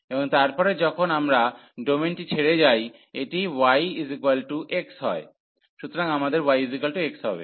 এবং তারপরে যখন আমরা ডোমেনটি ছেড়ে যাই এটি y x হয় সুতরাং আমাদের yx হবে